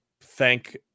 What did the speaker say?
thank